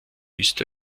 ist